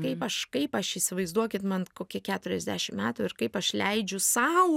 kaip aš kaip aš įsivaizduokit man kokie keturiasdešim metų ir kaip aš leidžiu sau